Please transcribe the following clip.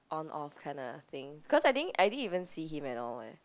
on off kinda thing cause I didn't I didn't even see him at all eh